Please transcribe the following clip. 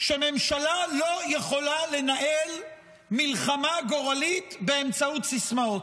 שממשלה לא יכולה לנהל מלחמה גורלית באמצעות סיסמאות,